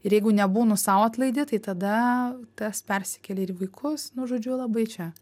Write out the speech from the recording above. ir jeigu nebūnu sau atlaidi tai tada tas persikelia ir į vaikus nu žodžiu labai čia